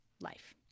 life